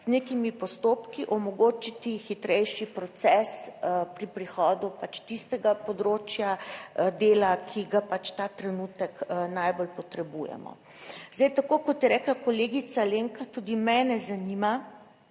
z nekimi postopki omogočiti hitrejši proces pri prihodu pač tistega področja dela, ki ga pač ta trenutek najbolj potrebujemo. Zdaj, tako kot je rekla kolegica Alenka, tudi mene zanima,